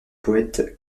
poète